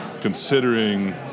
considering